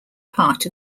part